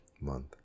month